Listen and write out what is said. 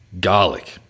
Garlic